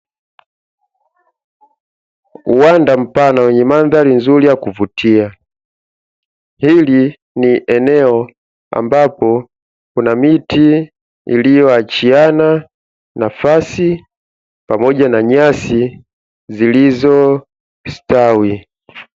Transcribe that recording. Uwanda mpana wenye mandhari nzuri ya kuvutia. Hili ni eneo ambapo kuna miti iliyoachiana nafasi pamoja na nyasi zilizostawi.